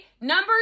number